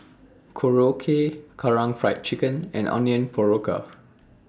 Korokke Karaage Fried Chicken and Onion Pakora